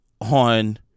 on